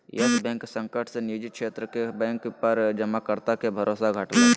yes Bank संकट से निजी क्षेत्र के बैंक पर जमाकर्ता के भरोसा घटलय